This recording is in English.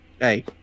hey